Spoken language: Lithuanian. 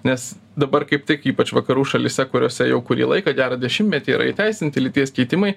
nes dabar kaip tik ypač vakarų šalyse kuriose jau kurį laiką gerą dešimtmetį yra įteisinti lyties keitimai